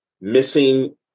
missing